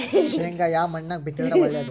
ಶೇಂಗಾ ಯಾ ಮಣ್ಣಾಗ ಬಿತ್ತಿದರ ಒಳ್ಳೇದು?